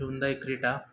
Hyundai Creta